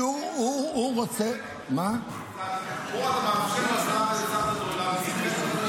כי הוא רוצה ------ הוא רק מאפשר לשר הדתות להמציא תקנים חדשים.